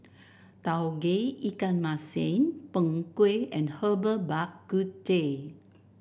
Tauge Ikan Masin Png Kueh and Herbal Bak Ku Teh